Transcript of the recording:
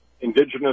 indigenous